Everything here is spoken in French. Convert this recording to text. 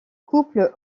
couple